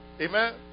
Amen